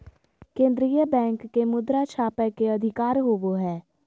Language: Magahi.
केन्द्रीय बैंक के मुद्रा छापय के अधिकार होवो हइ